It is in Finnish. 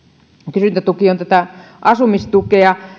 kysyntätuki on tätä asumistukea